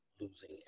losing